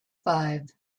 five